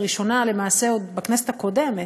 למעשה עוד בכנסת הקודמת,